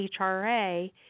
HRA